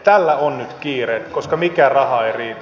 tällä on nyt kiire koska mikään raha ei riitä